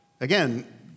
Again